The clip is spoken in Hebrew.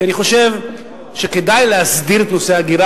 כי אני חושב שכדאי להסדיר את נושא ההגירה